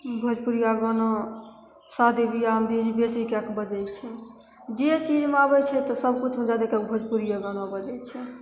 भोजपुरिया गाना शादी विवाहमे भी बेसी कए कऽ बजै छै जे चीजमे आबै छै तऽ सभकिछुमे जादातर भोजपुरिये गाना बजै छै